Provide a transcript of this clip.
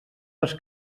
les